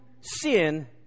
sin